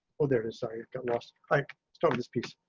so there it is. sorry, i lost like start this piece.